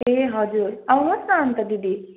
ए हजुर आउनुहोस् न अन्त दिदी